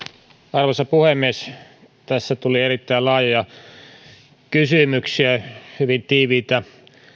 arvoisa puhemies tässä tuli erittäin laajoja kysymyksiä hyvin tiiviitä